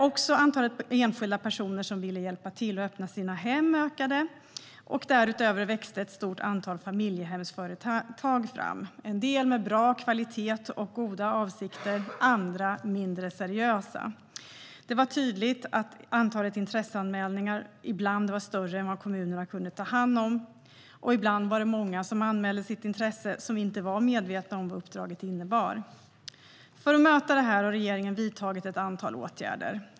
Också antalet enskilda personer som ville hjälpa till och öppna sina hem ökade, och därutöver växte ett stort antal familjehemsföretag fram - en del med bra kvalitet och goda avsikter, andra mindre seriösa. Det var tydligt att antalet intresseanmälningar ibland var större än vad kommunerna kunde ta hand om, och många som anmälde sitt intresse var inte medvetna om vad uppdraget innebar. För att möta det här har regeringen vidtagit ett antal åtgärder.